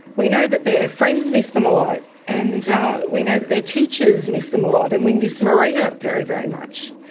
we know that their friends miss them a lot and we know their teachers miss them a lot and we miss maria very, very much.